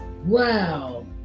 wow